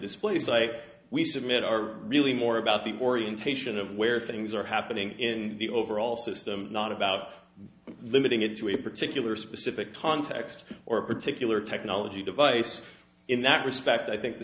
displays like we submit are really more about the orientation of where things are happening in the overall system not about limiting it to a particular specific context or a particular technology device in that respect i think the